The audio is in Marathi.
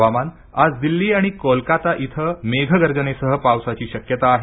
हवामान हवामान आज दिल्ली आणि कोलकाता इथं मेघगर्जनेसह पावसाची शक्यता आहे